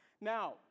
Now